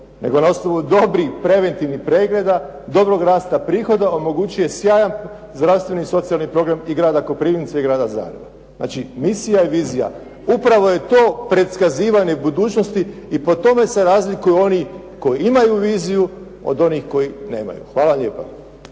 Nego na osnovu dobrih preventivnih pregleda, dobrog rasta prihoda, omogućuje sjajan zdravstveni i socijalni program i grada Koprivnice i grada Zagreba. Znači misija i vizija. Upravo je to pretkazivanje budućnosti i po tome se razlikuju oni koji imaju viziju od onih koji nemaju. Hvala lijepa.